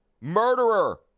murderer